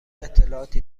اطلاعاتی